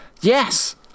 Yes